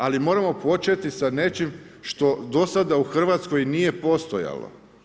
Ali moramo početi s nečim što do sada u Hrvatskoj nije postojalo.